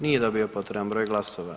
Nije dobio potreban broj glasova.